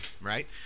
right